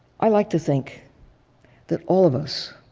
i like to think that all of us